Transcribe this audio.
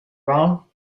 wrong